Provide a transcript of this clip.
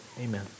amen